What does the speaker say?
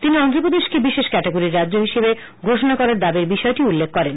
তিনি অন্ধ্রপ্রদেশকে বিশেষ ক্যাটাগরীর রাজ্য হিসেবে ঘোষণা করার দাবীর বিষয়টিও উল্লেখ করেন